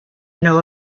know